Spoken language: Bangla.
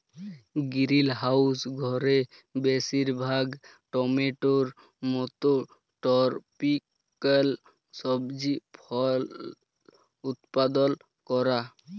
গিরিলহাউস ঘরে বেশিরভাগ টমেটোর মত টরপিক্যাল সবজি ফল উৎপাদল ক্যরা